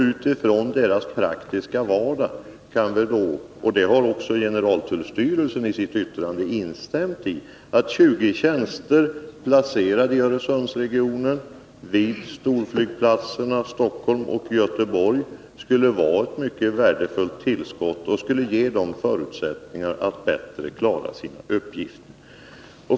Utifrån deras praktiska vardag står det klart — och det har generaltullstyrelsen instämt i — att 20 tjänster, placerade i Öresundsregionen och vid storflygplatserna i Stockholm och Göteborg, skulle vara ett mycket värdefullt tillskott och ge tullverket bättre förutsättningar att klara sin uppgift.